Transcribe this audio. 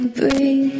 bring